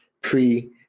pre-